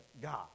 God